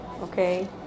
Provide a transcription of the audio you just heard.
okay